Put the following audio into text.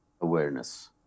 Awareness